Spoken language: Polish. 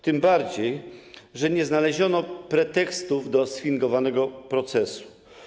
Tym bardziej że nie znaleziono pretekstów do sfingowanego procesu.